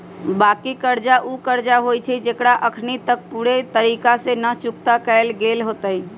बाँकी कर्जा उ कर्जा होइ छइ जेकरा अखनी तक पूरे तरिका से न चुक्ता कएल गेल होइत